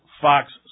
Fox